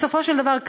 בסופו של דבר,